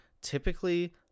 typically